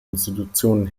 institutionen